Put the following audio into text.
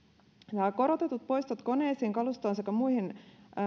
nämä korotetut poistot koneisiin kalustoon sekä muuhun